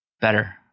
better